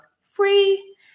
free